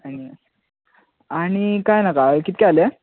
आनी काय नाका कितके जालें